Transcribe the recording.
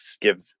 give